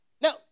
Now